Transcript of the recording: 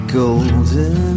golden